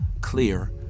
clear